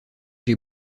des